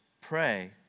pray